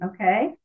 Okay